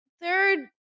Third